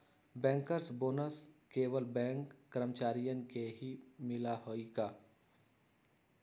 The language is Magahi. बैंकर्स बोनस केवल बैंक कर्मचारियन के ही मिला हई का?